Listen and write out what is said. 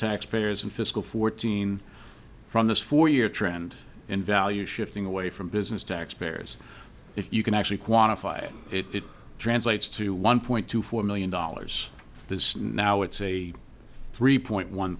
taxpayers in fiscal fourteen from this four year trend in value shifting away from business tax payers if you can actually quantify it it translates to one point two four million dollars this now it's a three point one